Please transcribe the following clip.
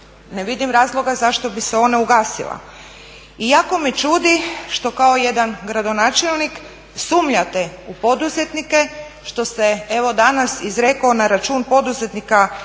ne vidim razloga zašto bi se ona ugasila. I jako me čudi što kao jedan gradonačelnik sumnjate u poduzetnike, što ste evo danas izrekao na račun poduzetnika i